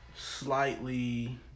Slightly